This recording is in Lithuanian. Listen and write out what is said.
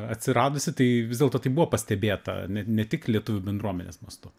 atsiradusi tai vis dėlto tai buvo pastebėta ne ne tik lietuvių bendruomenės mastu